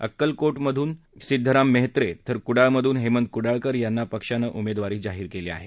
अक्कलको मधून सिद्दाराम म्हेत्रे तर कुडाळमधून हेमंत कुडाळकर यांना पक्षानं उमेदवारी जाहीर केली आहे